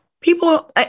People